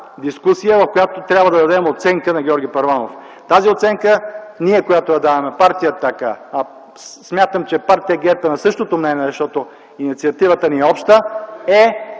дискусия, при която трябва да дадем оценка на Георги Първанов. Оценката, която даваме ние, Партия „Атака”, а аз смятам, че Партия ГЕРБ е на същото мнение, защото инициативата ни е обща, е